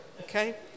okay